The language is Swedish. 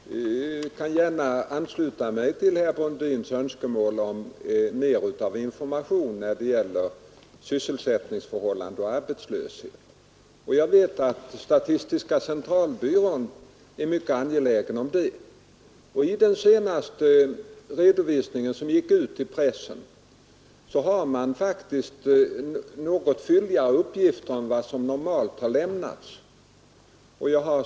Herr talman! Jag kan gärna ansluta mig till herr Brundins önskemål om utökad information när det gäller sysselsättningsförhållanden och arbetslöshet. Jag vet att inte minst statistiska centralbyrån är mycket angelägen om detta. I den senaste redovisningen som gick ut till pressen lämnas faktiskt något fylligare uppgifter än dem som normalt brukar lämnas.